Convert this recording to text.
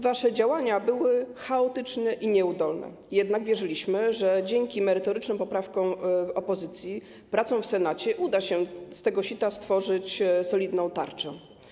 Wasze działania były chaotyczne i nieudolne, jednak wierzyliśmy, że dzięki merytorycznym poprawkom opozycji pracą w Senacie uda się z tego sita stworzyć solidną tarczę.